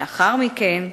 לאחר מכן,